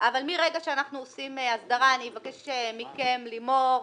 אבל מרגע שאנחנו עושים הסדרה, אני אבקש מכם לימור,